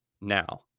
Now